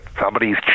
somebody's